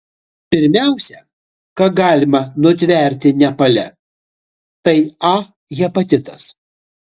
pirmiausia ką galima nutverti nepale tai a hepatitas